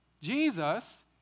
Jesus